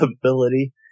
ability